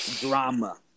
drama